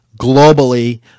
globally